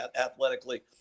athletically